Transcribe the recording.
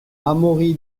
amaury